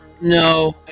no